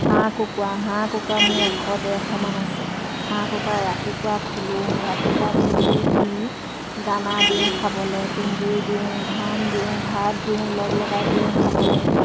হাঁহ কুকুৰা হাঁহ কুকুৰা মোৰ এশ ডেৰশমান আছে হাঁহ কুকুৰা ৰাতিপুৱা খোলোঁ ৰাতিপুৱা খুলি পিনি দানা দিওঁ খাবলৈ তুঁহ গুৰি দিওঁ ধান দিওঁ ভাত দিওঁ লগলগাই দিওঁ খাবলৈ